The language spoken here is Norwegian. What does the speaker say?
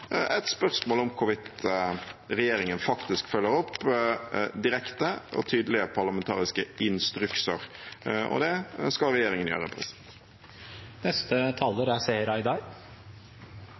et spørsmål om hvorvidt regjeringen faktisk følger opp direkte og tydelige parlamentariske instrukser. Og det skal regjeringen gjøre.